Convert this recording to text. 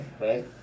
right